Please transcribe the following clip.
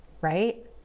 right